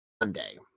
monday